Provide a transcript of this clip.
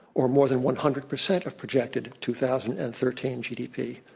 or more than one hundred percent of projected two thousand and thirteen gdp.